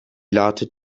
lautet